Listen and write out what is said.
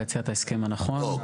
ויציע את ההסכם הנכון.